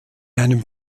einem